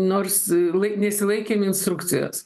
nors laik nesilaikėme instrukcijos